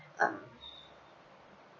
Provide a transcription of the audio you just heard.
um